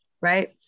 right